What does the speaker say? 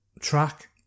track